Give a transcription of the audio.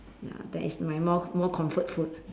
ya that is my more more comfort food